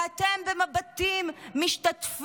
ואתם תסתכלו עליהם במבטים משתתפים,